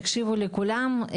תקשיבו לכולם,